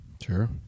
Sure